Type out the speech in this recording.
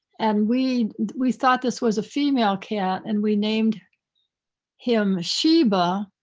and we we thought this was a female cat and we named him sheba.